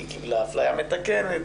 היא קיבלה אפליה מתקנת,